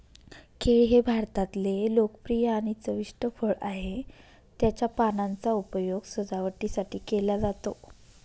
केळ हे भारतातले लोकप्रिय आणि चविष्ट फळ आहे, त्याच्या पानांचा उपयोग सजावटीसाठी केला जातो